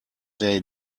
they